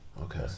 Okay